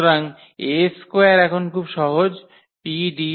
সুতরাং 𝐴2 এখন খুব সহজ 𝑃D2𝑃−1